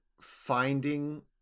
finding